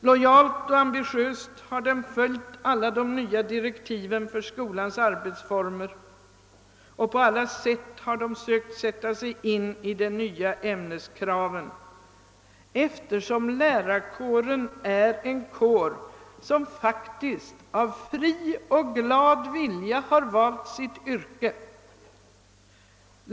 Lojalt och ambitiöst har den följt alla de nya direktiven för skolans arbetsformer, och på alla vis har den sökt sätta sig in i de nya ämneskraven, eftersom lärarkåren är en kår som faktiskt av fri och glad vilja valt sitt yrke.